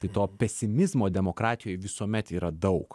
tai to pesimizmo demokratijoj visuomet yra daug